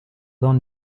don